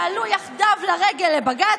שעלו יחדיו לרגל לבג"ץ,